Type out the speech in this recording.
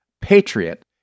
patriot